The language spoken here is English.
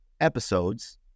episodes